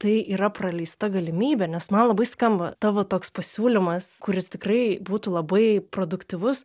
tai yra praleista galimybė nes man labai skamba tavo toks pasiūlymas kuris tikrai būtų labai produktyvus